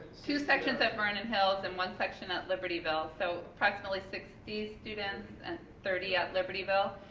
two sections at vernon hills and one section at libertyville, so approximately sixty students and thirty at libertyville.